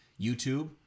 YouTube